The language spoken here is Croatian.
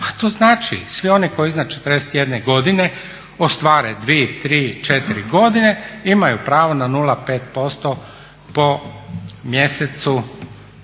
to znači svi oni koji iznad 41 godine ostvare 2, 3, 4 godine imaju pravo na 0,5% po mjesecu